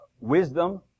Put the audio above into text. wisdom